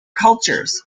cultures